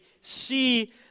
see